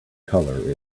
colour